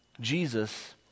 Jesus